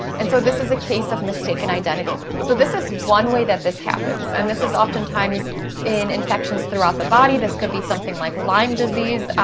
and so, this is a case of mistaken identity. so, this is one way that this happens, and this if often times in infections throughout the body, this could be something like lyme disease,